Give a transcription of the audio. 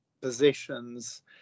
positions